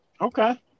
Okay